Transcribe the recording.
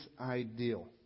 ideal